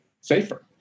safer